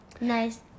Nice